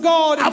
God